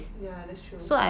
ya that's true